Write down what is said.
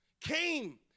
came